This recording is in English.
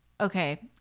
Okay